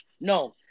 No